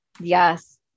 Yes